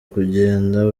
kugenda